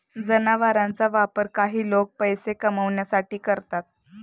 जनावरांचा वापर काही लोक पैसे कमावण्यासाठी करतात